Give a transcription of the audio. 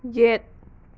ꯌꯦꯠ